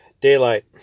daylight